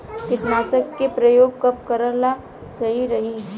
कीटनाशक के प्रयोग कब कराल सही रही?